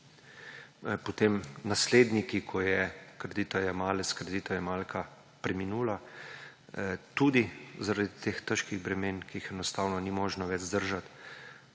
morajo nasledniki, ko je kreditojemalka ali kreditojemalec preminil zaradi teh težkih bremen, ki jih enostavno ni možno več vzdržati,